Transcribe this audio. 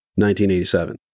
1987